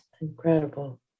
Incredible